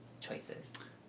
choices